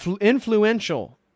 influential